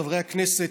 חברי הכנסת,